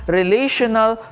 relational